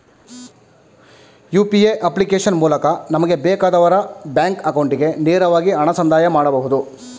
UPA application ಮೂಲಕ ನಮಗೆ ಬೇಕಾದವರ ಬ್ಯಾಂಕ್ ಅಕೌಂಟಿಗೆ ನೇರವಾಗಿ ಹಣ ಸಂದಾಯ ಮಾಡಬಹುದು